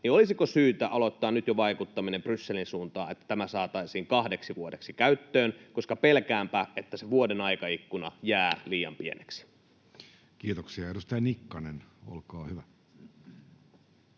niin olisiko syytä aloittaa jo nyt vaikuttaminen Brysselin suuntaan, että tämä saataisiin kahdeksi vuodeksi käyttöön, koska pelkäänpä, että se vuoden aikaikkuna jää liian pieneksi? [Speech 394] Speaker: Jussi